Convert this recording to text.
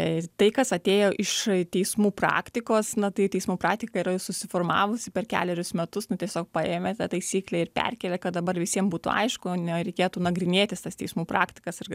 ir tai kas atėjo iš teismų praktikos na tai teismų praktika yra jau susiformavusi per kelerius metus nu tiesiog paėmė tą taisyklę ir perkėlė kad dabar visiem būtų aišku nereikėtų nagrinėtis tas teismų praktikas ir